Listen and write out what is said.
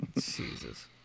Jesus